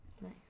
Nice